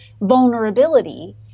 vulnerability